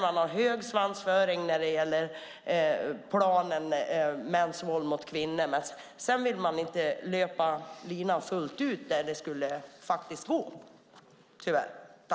Man har hög svansföring när det gäller planen för mäns våld mot kvinnor. Men sedan vill man tyvärr inte löpa linan fullt ut, där det faktiskt skulle gå.